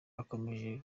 ukomeje